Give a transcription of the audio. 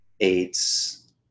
AIDS